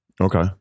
Okay